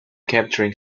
capturing